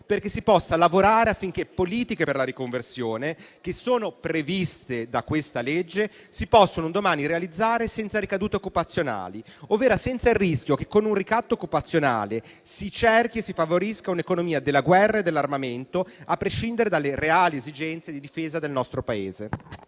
perché si possa lavorare affinché le politiche per la riconversione, previste da questa legge, un domani si possano realizzare senza ricadute occupazionali, ovvero senza il rischio che con un ricatto occupazionale si cerchi e si favorisca un'economia della guerra e dell'armamento a prescindere dalle reali esigenze di difesa del nostro Paese.